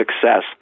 success